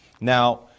Now